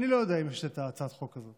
אני לא יודע אם יש את הצעת החוק הזאת,